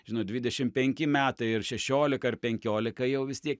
žinot dvidešim penki metai ir šešiolika ar penkiolika jau vis tiek